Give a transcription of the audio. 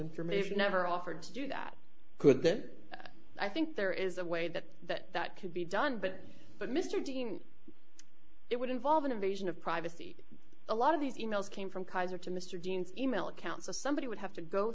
information never offered to do that could that i think there is a way that that that could be done but but mr dean it would involve an invasion of privacy a lot of these e mails came from kaiser to mr dean's e mail accounts of somebody would have to go